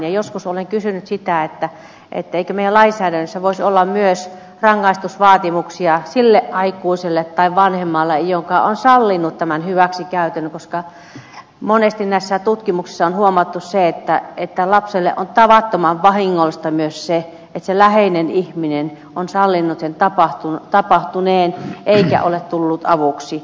joskus olen kysynyt sitä eikö meidän lainsäädännössä voisi olla myös rangaistusvaatimuksia sille aikuiselle tai vanhemmalle joka on sallinut tämän hyväksikäytön koska monesti tutkimuksissa on huomattu se että lapselle on tavattoman vahingollista myös se että se läheinen ihminen on sallinut sen tapahtuvan eikä ole tullut avuksi